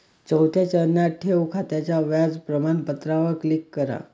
चौथ्या चरणात, ठेव खात्याच्या व्याज प्रमाणपत्रावर क्लिक करा